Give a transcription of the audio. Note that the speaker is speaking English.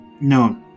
No